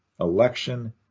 election